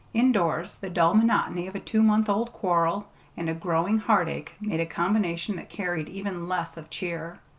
indoors the dull monotony of a two-months-old quarrel and a growing heartache made a combination that carried even less of cheer.